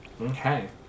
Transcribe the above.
Okay